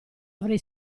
avrei